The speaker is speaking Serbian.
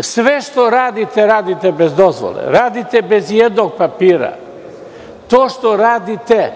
Sve što radite radite bez dozvole, radite bez i jednog papira. To što radite